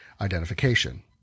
identification